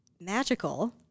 magical